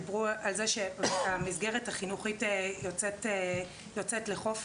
דיברו על זה שהמסגרת החינוכית יוצאת לחופש.